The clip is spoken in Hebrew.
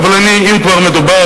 אבל אם כבר מדובר,